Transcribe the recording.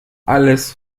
alles